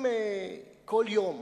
אם כל יום